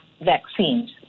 vaccines